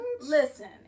listen